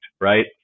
right